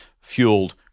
fueled